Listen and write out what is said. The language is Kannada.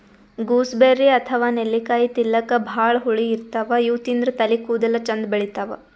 ಗೂಸ್ಬೆರ್ರಿ ಅಥವಾ ನೆಲ್ಲಿಕಾಯಿ ತಿಲ್ಲಕ್ ಭಾಳ್ ಹುಳಿ ಇರ್ತವ್ ಇವ್ ತಿಂದ್ರ್ ತಲಿ ಕೂದಲ ಚಂದ್ ಬೆಳಿತಾವ್